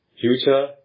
future